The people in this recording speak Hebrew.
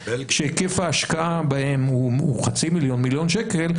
שהיקף ההשקעה בהם הוא חצי מיליון או מיליון שקל,